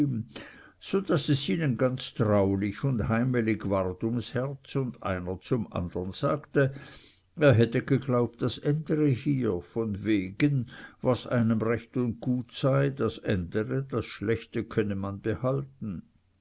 so daß es ihnen ganz traulich und heimelig ward ums herz und einer zum andern sagte er hätte geglaubt das ändere hier von wegen was einem recht und gut sei das ändere das schlechte könne man behalten